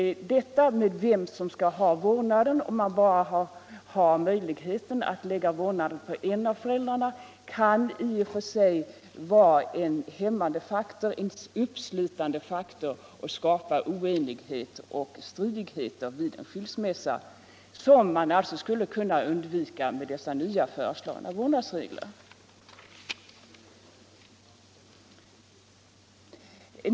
Om man bara har möjligheten att lägga vårdnaden på en av föräldrarna kan avgörandet om vem som skall ha vårdnaden bli en uppslitande faktor som skapar oenighet och stridigheter som man skulle kunna undvika med de nu föreslagna vårdnadsreglerna.